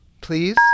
Please